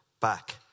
back